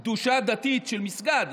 קדושה דתית של מסגד,